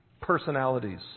personalities